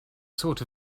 sort